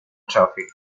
traffic